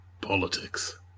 politics